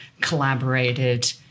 collaborated